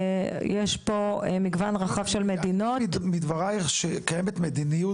יש פה מגוון רחב של מדינות- -- מדברייך שקיימת מדיניות